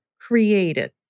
created